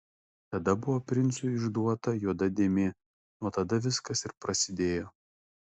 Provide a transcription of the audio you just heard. tada buvo princui išduota juoda dėmė nuo tada viskas ir prasidėjo